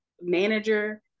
manager